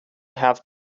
have